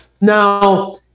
Now